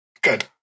good